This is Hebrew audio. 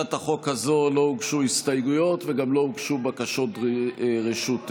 להצעת החוק הזאת לא הוגשו הסתייגויות וגם לא הוגשו בקשות רשות דיבור.